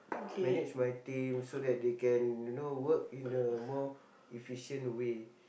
manage my team so that they can you know work in a more efficient way